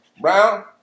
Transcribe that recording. Brown